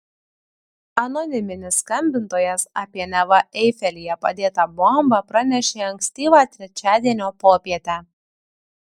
anoniminis skambintojas apie neva eifelyje padėtą bombą pranešė ankstyvą trečiadienio popietę